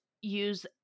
use